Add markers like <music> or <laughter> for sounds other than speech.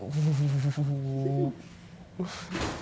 <laughs>